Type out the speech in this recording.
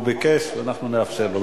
הוא ביקש, אנחנו נאפשר לו.